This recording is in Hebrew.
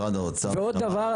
משרד האוצר --- ועוד דבר,